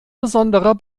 besonderer